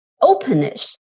openness